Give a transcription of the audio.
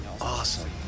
awesome